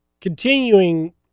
continuing